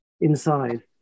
inside